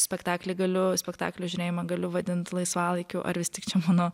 spektaklį galiu spektaklio žiūrėjimą galiu vadint laisvalaikiu ar vis tik čia mano